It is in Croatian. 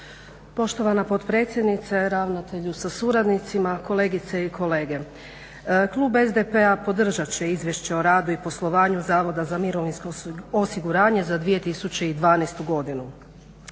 Poštovana potpredsjednice, ravnatelju sa suradnicima, kolegice i kolege. Klub SDP-a podržat će Izvješće o radu i poslovanju Zavoda za mirovinsko osiguranje za 2012. godinu.